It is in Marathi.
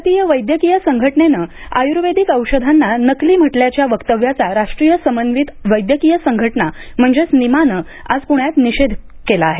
भारतीय वैद्यकीय संघटनेनं आयुर्वेदिक औषधांना नकली म्हटल्याच्या वक्तव्याचा राष्ट्रीय समन्वित वैद्यकीय संघटना म्हणजेच निमानं आज पुण्यात निषेध केला आहे